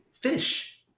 fish